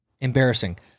embarrassing